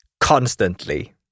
constantly